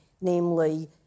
namely